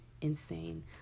insane